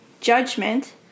judgment